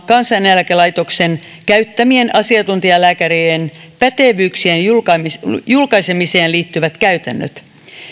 kansaneläkelaitoksen käyttämien asiantuntijalääkäreiden pätevyyksien julkaisemiseen julkaisemiseen liittyvät käytännöt